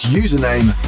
username